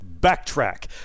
Backtrack